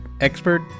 expert